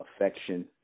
affection